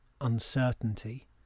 uncertainty